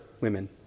women